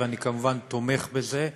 ואני כמובן תומך בזה.